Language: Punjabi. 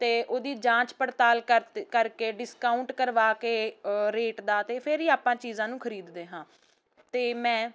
ਅਤੇ ਉਹਦੀ ਜਾਂਚ ਪੜਤਾਲ ਕਰ ਕਰਕੇ ਡਿਸਕਾਊਂਟ ਕਰਵਾ ਕੇ ਰੇਟ ਦਾ ਅਤੇ ਫਿਰ ਹੀ ਆਪਾਂ ਚੀਜ਼ਾਂ ਨੂੰ ਖਰੀਦਦੇ ਹਾਂ ਅਤੇ ਮੈਂ